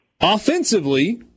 offensively